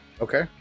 Okay